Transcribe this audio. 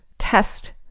Test